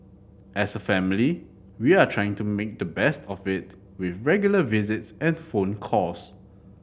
as a family we are trying to make the best of it with regular visits and phone calls